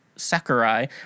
sakurai